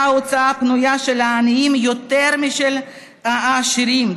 ההוצאה הפנויה של העניים יותר משל העשירים.